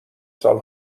سال